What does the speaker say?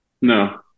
No